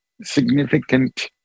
significant